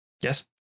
Yes